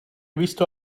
visto